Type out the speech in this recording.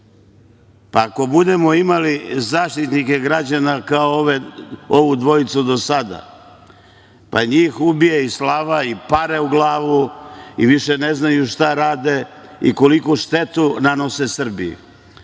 Pa ako budemo imali zaštitnike građana kao ovu dvojicu do sada, pa njih ubija i slava i pare u glavu i više ne znaju šta rade i koliku štetu nanose Srbiji.